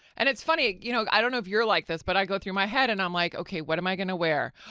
and it's funny, you know, i don't know if you're like this, but i go through my head and i'm like, okay, what am i going to wear?